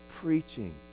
preaching